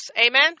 Amen